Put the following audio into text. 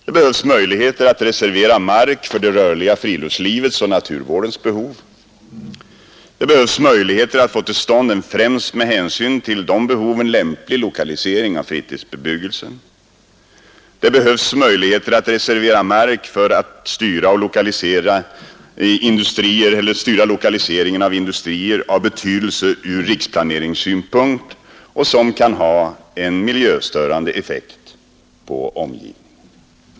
Det behövs möjligheter att reservera mark för det rörliga friluftslivet och naturvårdens behov. Det behövs möjligheter att få till stånd en — främst med hänsyn till de behoven — lämplig lokalisering av fritidsbebyggelsen. Det behövs möjligheter att reservera mark för att styra lokaliseringen av industrier av betydelse ur riksplaneringssynpunkt och som kan ha en miljöförstörande effekt på omgivningen.